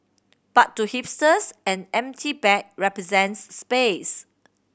but to hipsters an empty bag represents space